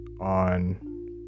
on